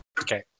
Okay